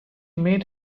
made